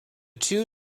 two